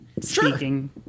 speaking